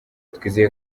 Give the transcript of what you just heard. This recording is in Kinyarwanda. twizeye